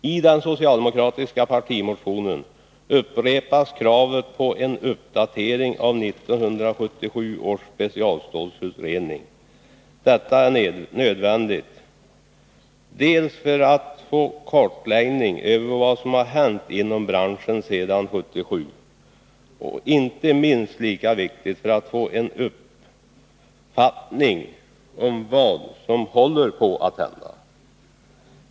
I den socialdemokratiska partimotionen upprepas kravet på en uppdatering av 1977 års specialstålsutredning. Detta är nödvändigt dels för att få en kartläggning över vad som har hänt inom branschen sedan 1977 och dels för att — det är minst lika viktigt — få en uppfattning om vad som håller på att hända.